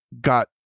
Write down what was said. got